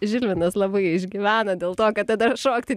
žilvinas labai išgyvena dėl to kad tada šokti